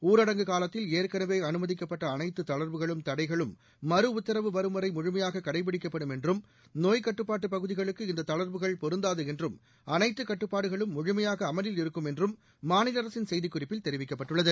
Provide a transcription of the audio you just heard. ஊரடங்கு காலத்தில் ஏற்களவே அனுமதிக்கப்பட்ட அனைத்து தளா்வுகளும் தடைகளும் மறு உத்தரவு வரும்வரை முழுமையாக கடைபிடிக்கப்படும் என்றும் நோய்கட்டுப்பாட்டு பகுதிகளுக்கு இந்த தளா்வுகள் பொருந்தாது என்றும் அனைத்து கட்டுப்பாடுகளும் முழுமையாக அமலில் இருக்கும் என்றும் மாநில அரசின் செய்திக் குறிப்பில் தெரிவிக்கப்பட்டுள்ளது